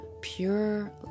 pure